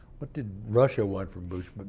what did russia want from bush? but